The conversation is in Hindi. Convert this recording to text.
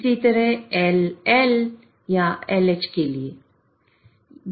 इसी तरह LL या LHके लिए